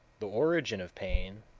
the origin of pain,